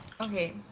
okay